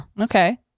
okay